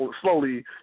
slowly